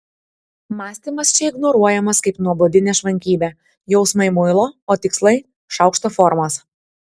mąstymas čia ignoruojamas kaip nuobodi nešvankybė jausmai muilo o tikslai šaukšto formos